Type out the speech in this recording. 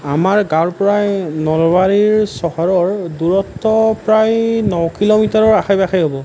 আমাৰ গাঁৱৰ পৰা নলবাৰীৰ চহৰৰ দূৰত্ব প্ৰায় ন কিলোমিটাৰৰ আশে পাশে হ'ব